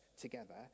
together